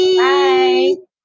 bye